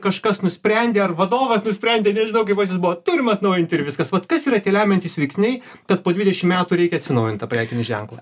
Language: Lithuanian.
kažkas nusprendė ar vadovas nusprendė nežinau kaip pas jus buvo turim atnaujinti ir viskas vat kas yra tie lemiantys veiksniai kad po dvidešim metų reikia atsinaujint tą prekinį ženklą